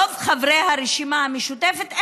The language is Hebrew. רוב חברי הרשימה המשותפת,